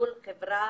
לפעול.